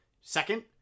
second